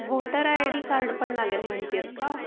voter I D card पण लागेल म्हणते आहेस का